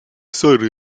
sol